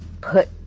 put